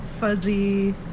fuzzy